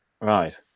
Right